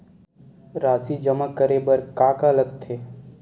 राशि जमा करे बर का का लगथे?